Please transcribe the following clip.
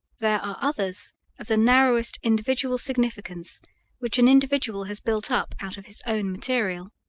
there are others of the narrowest individual significance which an individual has built up out of his own material.